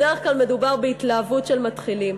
בדרך כלל מדובר בהתלהבות של מתחילים.